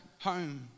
home